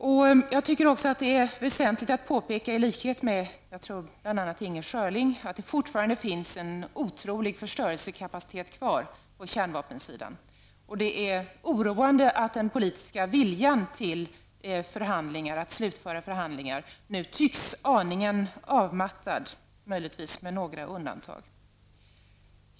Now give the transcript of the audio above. I likhet med bl.a. Inger Schörling tycker jag att det är väsentligt att påpeka att det fortfarande finns en otrolig förstörelsekapacitet kvar på kärnvapensidan. Det är oroande att den politiska viljan till att slutföra förhandlingar nu tycks aningen avmattad, möjligtvis med några undantag.